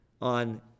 on